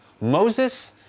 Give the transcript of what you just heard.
Moses